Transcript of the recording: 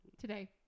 Today